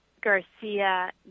Garcia